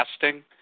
testing